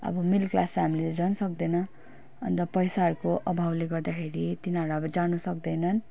अब middle class फेमिलिले झन् सक्दैन अन्त पैसाहरूको अभावले गर्दाखेरि तिनीहरू अबजान सक्दैनन्